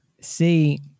See